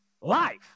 life